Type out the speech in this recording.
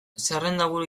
zerrendaburu